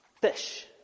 fish